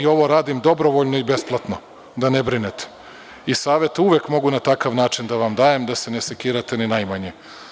Ja ovo radim dobrovoljno i besplatno, da ne brinete, i savete uvek mogu na takav način da vam dajem da se ne sekirate ni najmanje.